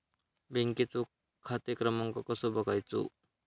बँकेचो खाते क्रमांक कसो बगायचो?